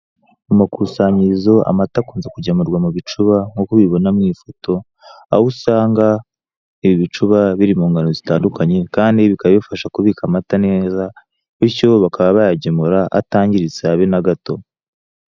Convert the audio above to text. Mu makusanyirizo, amata akunze kugemurwa ku bicuba, nk'uko ubibona mu ifoto, aho usanga ibi bicuba biri mu ngano zitandukanye kandi bikaba bifasha kubika amata neza, bityo bakaba bayagemura atangiritse habe na gato.